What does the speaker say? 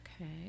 Okay